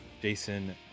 Jason